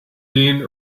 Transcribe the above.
dean